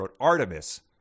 Artemis